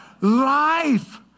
Life